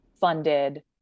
funded